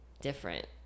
different